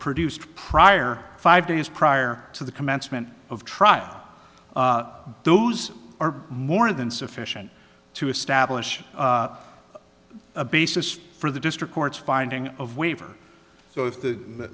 produced prior five days prior to the commencement of trial those are more than sufficient to establish a basis for the district court's finding of waiver so if the